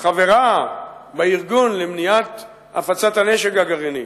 חברה בארגון למניעת הפצת הנשק הגרעיני,